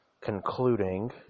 concluding